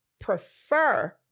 prefer